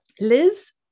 Liz